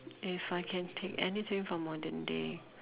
if I can take anything from modern day